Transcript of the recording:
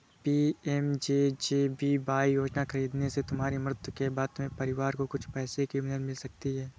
PMJJBY योजना खरीदने से तुम्हारी मृत्यु के बाद तुम्हारे परिवार को कुछ पैसों की मदद मिल सकती है